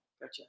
Gotcha